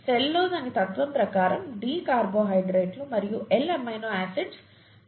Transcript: cell లో దాని తత్త్వం ప్రకారం D కార్బోహైడ్రేట్లు మరియు L అమైనో ఆసిడ్స్ సహజంగా సంభవిస్తాయి